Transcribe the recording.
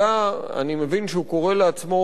אני מבין שהוא קורא לעצמו "סוציאל-דמוקרט".